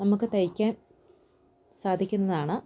നമുക്ക് തയ്ക്കാൻ സാധിക്കുന്നതാണ്